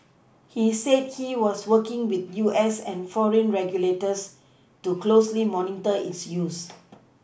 he said he was working with U S and foreign regulators to closely monitor its use